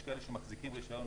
יש כאלה שמחזיקים רישיון,